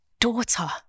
daughter